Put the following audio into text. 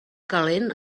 calent